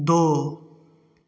दो